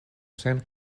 sen